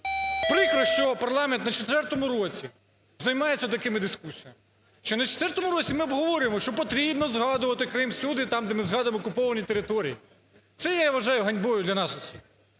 Прикро, що парламент на четвертому році займається такими дискусіями, що на четвертому році ми обговорюємо, що потрібно згадувати Крим всюди – там, де ми згадуємо окуповані території. Це я вважаю ганьбою для нас.